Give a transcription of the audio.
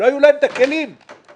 לא היו להם את הכלים לעשות.